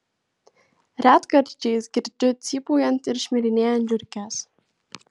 retkarčiais girdžiu cypaujant ir šmirinėjant žiurkes